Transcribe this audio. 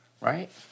Right